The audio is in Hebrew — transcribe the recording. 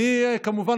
כמובן,